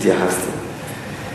התייחסתי.